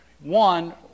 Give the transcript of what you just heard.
one